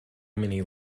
many